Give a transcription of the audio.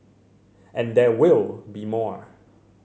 and there will be more